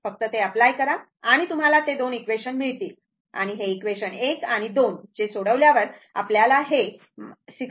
फक्त ते अप्लाय करा आणि तुम्हाला ते 2 इक्वेशन मिळतील आणि हे इक्वेशन 1 आणि 2 जे सोडवल्यावर आपल्याला 62